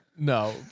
No